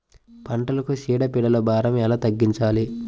పంటలకు చీడ పీడల భారం ఎలా తగ్గించాలి?